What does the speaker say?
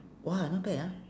!wah! not bad ah